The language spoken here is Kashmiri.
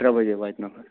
ترٛےٚ بَجے واتہِ نفر